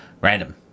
Random